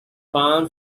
palm